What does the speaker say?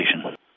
station